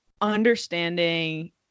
understanding